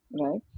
right